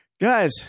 guys